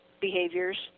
behaviors